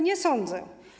Nie sądzę.